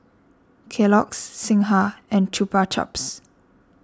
Kellogg's Singha and Chupa Chups